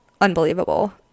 unbelievable